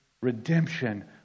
redemption